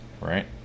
right